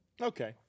Okay